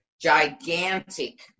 gigantic